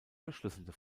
verschlüsselte